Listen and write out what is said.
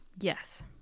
Yes